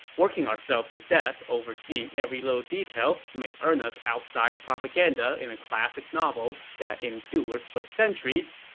working ourselves to death overseeing every little detail may earn us outsized propaganda in a classic novel that endures for centuries,